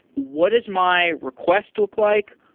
what is my request look like?